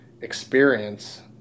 experience